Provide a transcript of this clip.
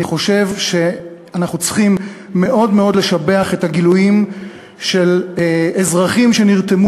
אני חושב שאנחנו צריכים לשבח מאוד מאוד את הגילויים של אזרחים שנרתמו